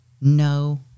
no